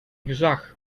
gezag